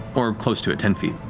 or close to it. ten feet.